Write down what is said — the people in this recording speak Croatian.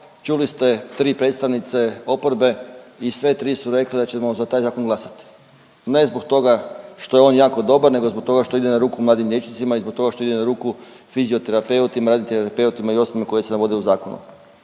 čuli ste tri predstavnice oporbe i sve tri su rekle da ćemo za taj zakon glasati. Ne zbog toga što je on jako dobar nego zbog toga što ide na ruku mladim liječnicima i zbog toga što ide na ruku fizioterapeutima, radnim terapeutima i osobama koje se navode u zakonu.